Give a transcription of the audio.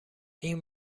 این